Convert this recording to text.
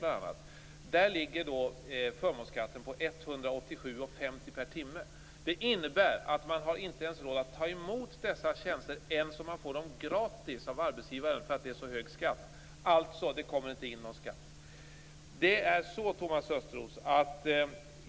Men förmånsskatten ligger på 187:50 kr per timme. Det innebär att man inte har råd att ta emot dessa tjänster ens om man får dem gratis av arbetsgivaren, därför att det är så hög skatt. Alltså kommer det inte in någon skatt.